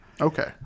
Okay